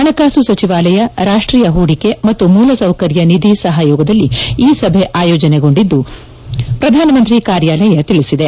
ಹಣಕಾಸು ಸಚಿವಾಲಯ ರಾಷ್ಷೀಯ ಹೂಡಿಕೆ ಮತ್ತು ಮೂಲಸೌಕರ್ಯ ನಿಧಿ ಸಹಯೋಗದಲ್ಲಿ ಈ ಸಭೆ ಆಯೋಜನೆಗೊಂಡಿದೆ ಎಂದು ಪ್ರಧಾನಮಂತ್ರಿ ಕಾರ್ಯಾಲಯ ತಿಳಿಸಿದೆ